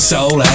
Soul